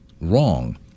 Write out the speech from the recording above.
wrong